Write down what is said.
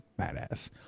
badass